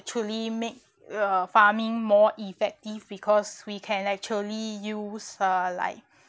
actually make uh farming more effective because we can actually use uh like